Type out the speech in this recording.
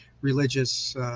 religious